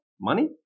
money